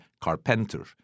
carpenter